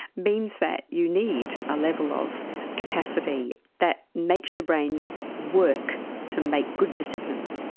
means that you need a level of capacity that makes your brain work to make good decisions.